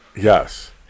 Yes